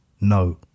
no